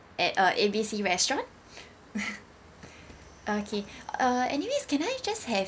at uh A B C restaurant okay uh anyway can I just have